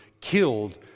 killed